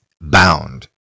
bound